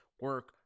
Work